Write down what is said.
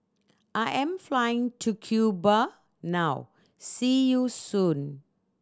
I am flying to Cuba now see you soon